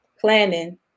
planning